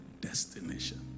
destination